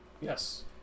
Yes